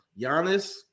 Giannis